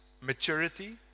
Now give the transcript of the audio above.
maturity